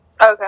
Okay